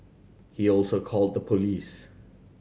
he also called the police